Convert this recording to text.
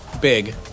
big